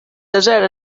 desert